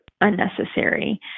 unnecessary